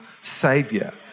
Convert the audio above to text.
savior